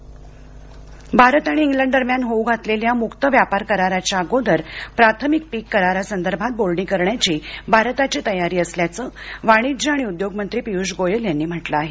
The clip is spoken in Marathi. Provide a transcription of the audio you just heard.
गोयल भारत आणि इंग्लंड दरम्यान होऊ घातलेल्या मुक्त व्यापार कराराच्या अगोदर प्राथमिक पीक करारासंदर्भात बोलणी करण्याची भारताची तयारी असल्याचं वाणिज्य आणि उद्योग मंत्री पियूष गोयल यांनी म्हटलं आहे